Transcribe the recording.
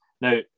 Now